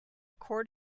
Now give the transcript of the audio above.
court